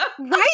right